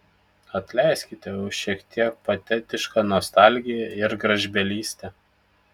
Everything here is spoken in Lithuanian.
atleiskite už šiek tiek patetišką nostalgiją ir gražbylystę